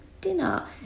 dinner